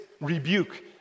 rebuke